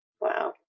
Wow